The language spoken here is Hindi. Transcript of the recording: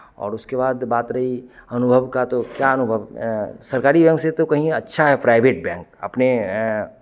और उसके बाद बात रही अनुभव का तो क्या अनुभव सरकारी बैंक से तो कहीं अच्छा है प्राइवेट बैंक अपने